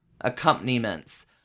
Accompaniments